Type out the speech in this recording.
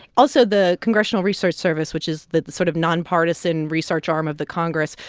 also, the congressional research service, which is the sort of nonpartisan research arm of the congress,